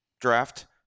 draft